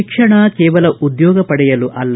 ಶಿಕ್ಷಣ ಕೇವಲ ಉದ್ಯೋಗ ಪಡೆಯಲು ಅಲ್ಲ